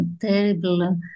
terrible